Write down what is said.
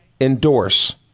endorse